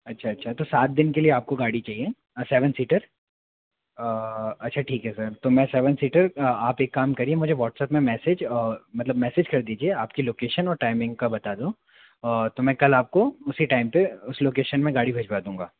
अच्छा अच्छा तो सात दिन के लिए आपको गाड़ी चाहिए सेवन सीटर अच्छा ठीक है सर तो मैं सेवन सीटर आप एक काम करिए मुझे व्हाट्सएप में मैसेज मतलब मैसेज कर दीजिए आपकी लोकेशन और टाइमिंग का बता दो और तो मैं कल आपको उसी टाइम पे उस लोकेशन में गाड़ी भिजवा दूँगा